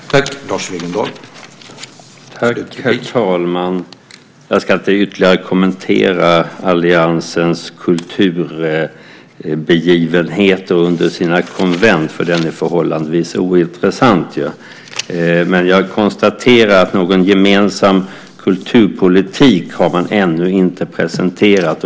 Herr talman! Jag ska inte ytterligare kommentera alliansens kulturbegivenheter under sina konvent, för det är förhållandevis ointressant. Men jag konstaterar att någon gemensam kulturpolitik har man ännu inte presenterat.